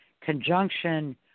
conjunction